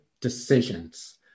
decisions